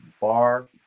bar